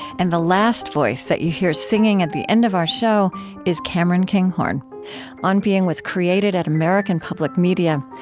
and the last voice that you hear singing at the end of our show is cameron kinghorn on being was created at american public media.